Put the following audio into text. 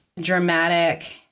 dramatic